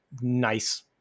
nice